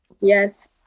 yes